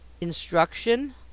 instruction